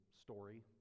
story